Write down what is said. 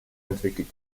entwickelt